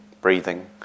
breathing